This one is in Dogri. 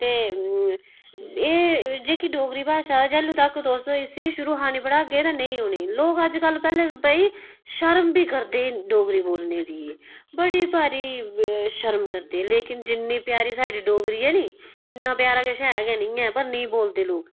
ते एह् जेह्की डोगरी भाशा जैलूं तक तुस इसी शुरू शा नेईं पढ़ागे ते नेईं औनी लोक अज्जकल पैह्ले भाई शरम बी करदे डोगरी बोलने दी बड़ी भारी शरम करदे लेकिन जि'न्नी प्यारी साढ़ी डोगरी ऐ नी इ'न्ना प्यारा किश ऐ गै नेईं ऐ पर निं बोलदे लोग